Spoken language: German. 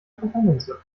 pfefferminze